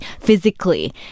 physically